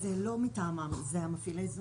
זה לא מטעמם, זה המפעילי זום.